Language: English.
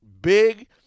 big